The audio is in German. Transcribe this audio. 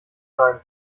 sein